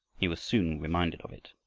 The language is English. he was soon reminded of it.